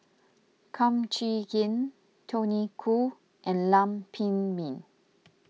Kum Chee Kin Tony Khoo and Lam Pin Min